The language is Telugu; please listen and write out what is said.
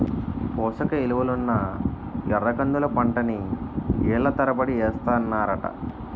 పోసకిలువలున్న ఎర్రకందుల పంటని ఏళ్ళ తరబడి ఏస్తన్నారట